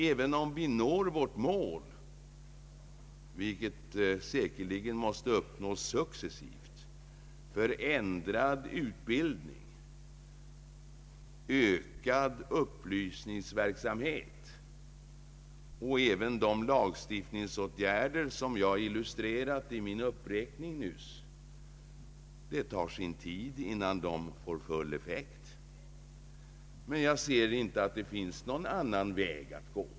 Även om vi når vårt mål — vilket säkerligen måste uppnås successivt — ökad utbildning, ökad upplysningsverksamhet och även de lagstiftningsåtgärder som jag illustrerade i min uppräkning nyss, tar det tid innan det når full effekt. Jag ser dock inte att det finns någon annan väg att gå.